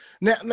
Now